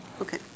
Okay